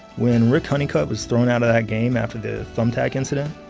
when rick honeycutt was thrown outta that game after the thumbtack incident,